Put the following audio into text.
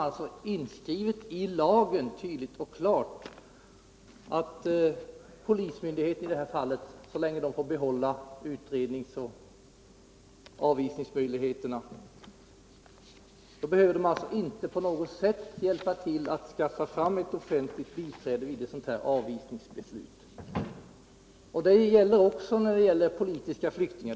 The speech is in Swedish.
Nu skrivs det tydligt och klart in i lagen att polismyndigheten i utvisningsoch avvisningsärenden inte behöver hjälpa till att skaffa fram ett offentligt biträde vid ett avvisningsbeslut. Det gäller också i fråga om politiska flyktingar.